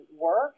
work